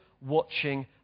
watching